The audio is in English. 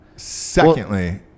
Secondly